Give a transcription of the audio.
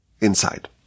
inside